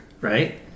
right